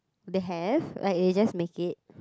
they have like they just make it